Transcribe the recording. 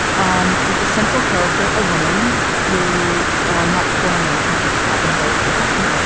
um it's a central character, a woman who i'm not spoiling anything because this happens right at the beginning.